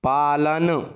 पालन